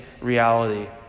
reality